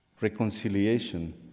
reconciliation